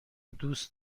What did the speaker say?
دوست